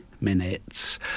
minutes